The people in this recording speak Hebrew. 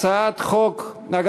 גם הצעתו של חבר הכנסת יואל חסון,